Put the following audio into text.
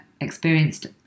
experienced